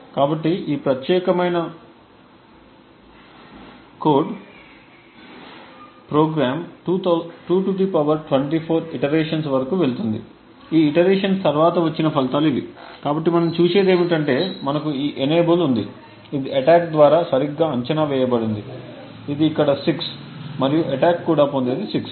కాబట్టి ఈ ప్రత్యేకమైన కోడ్ ప్రోగ్రామ్ 224 ఇటరేషన్స్ వరకు వెళుతుంది ఈ ఇటరేషన్స్ తరువాత వచ్చిన ఫలితాలు ఇవి కాబట్టి మనం చూసేది ఏమిటంటే మనకు ఈ ఎనేబుల్ ఉంది ఇది అటాక్ద్వారా సరిగ్గా అంచనా వేయబడింది ఇది ఇక్కడ 6 మరియు అటాక్ కూడా పొందేది 6